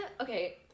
okay